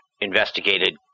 investigated